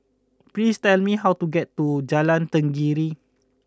please tell me how to get to Jalan Tenggiri